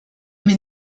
mir